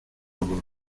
bordo